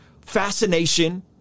fascination